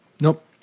Nope